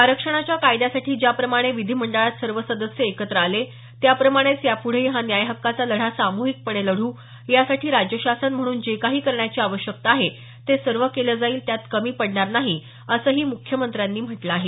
आरक्षणाच्या कायद्यासाठी ज्या प्रमाणे विधीमंडळात सर्व सदस्य एकत्र आले त्याप्रमाणेच याप्ढेही हा न्याय हक्काचा लढा साम्हिकपणे लढू यासाठी राज्य शासन म्हणून जे काही करण्याची आवश्यकता आहे ते सर्व केलं जाईल त्यात कमी पडणार नाही असंही मुख्यमंत्र्यांनी म्हटलं आहे